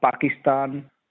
Pakistan